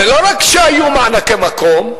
ולא רק שהיו מענקי מקום,